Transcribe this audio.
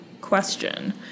question